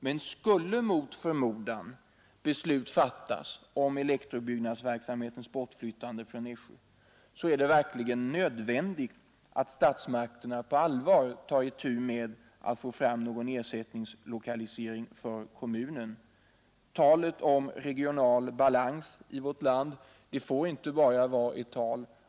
Men skulle mot förmodan beslut fattas om elektrobyggnadsverksamhetens bortflyttande från Nässjö, är det verkligen nödvändigt att statsmakterna på allvar tar itu med att få fram någon ersättningslokalisering för kommunen. Talet om regional balans i vårt land får inte vara ett tomt tal.